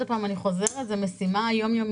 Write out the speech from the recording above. עוד פעם אני חוזרת, זו משימה יום-יומית.